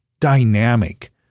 dynamic